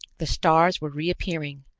the stars were reappearing,